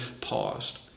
paused